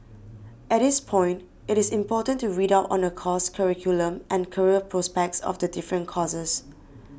at this point it is important to read out on the course curriculum and career prospects of the different courses